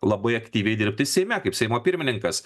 labai aktyviai dirbti seime kaip seimo pirmininkas